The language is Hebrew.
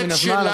חרגנו מהזמן,